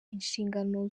inshingano